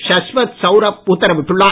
ஷஸ்வத் சௌரப் உத்தரவிட்டுள்ளார்